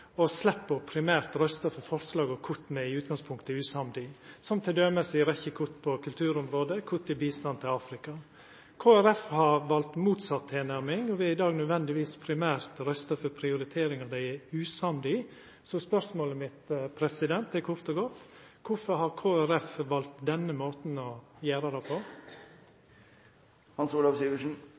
me slepp å primært røysta for forslag og kutt me i utgangspunktet er usamde i, som t.d. ei rekkje kutt på kulturområdet og kutt til bistand til Afrika. Kristeleg Folkeparti har valt motsett tilnærming og vil i dag nødvendigvis primært røysta for prioriteringar dei er usamde i. Så spørsmålet mitt er kort og godt: Kvifor har Kristeleg Folkeparti valt denne måten å gjera det på?